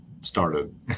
started